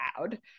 loud